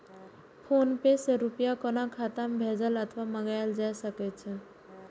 PhonePe सं रुपया कोनो खाता मे भेजल अथवा मंगाएल जा सकै छै